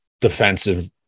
defensive